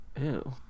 Ew